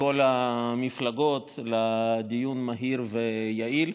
מכל המפלגות, לדיון מהיר ויעיל.